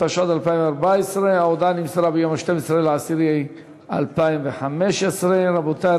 התשע"ד 2014. ההודעה נמסרה ב-12 באוקטובר 2015. רבותי,